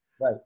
Right